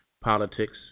politics